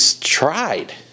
tried